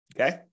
Okay